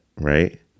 right